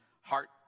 heart